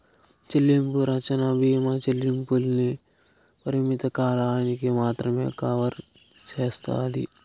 చెల్లింపు రచ్చన బీమా చెల్లింపుల్ని పరిమిత కాలానికి మాత్రమే కవర్ సేస్తాది